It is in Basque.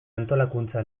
antolakuntza